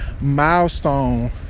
milestone